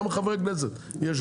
גם חברי הכנסת יש גבול.